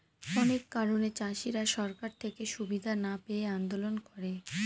অনেক কারণে চাষীরা সরকার থেকে সুবিধা না পেয়ে আন্দোলন করে